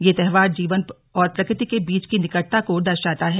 यह त्योहार जीवन और प्रकृति के बीच की निकटता को दर्शाता है